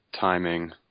timing